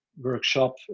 workshop